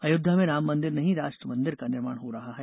अयोध्या में राम मंदिर नहीं राष्ट्र मंदिर का निर्माण हो रहा है